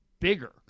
bigger